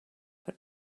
but